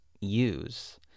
use